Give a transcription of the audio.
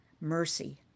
Mercy